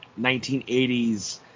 1980s